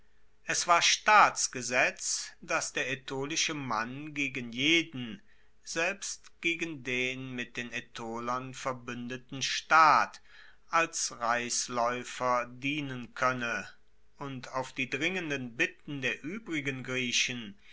es war staatsgesetz dass der aetolische mann gegen jeden selbst gegen den mit den aetolern verbuendeten staat als reislaeufer dienen koenne und auf die dringenden bitten der uebrigen griechen